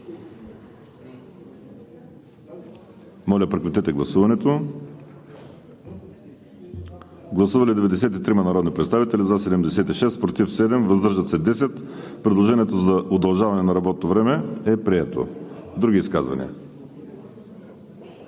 предложение. Гласували 93 народни представители: за 76, против 7, въздържали се 10. Предложението за удължаване на работното време е прието. Други изказвания?